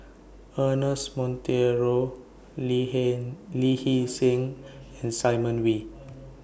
Ernest Monteiro Lee Heen Hee Seng and Simon Wee